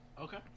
Okay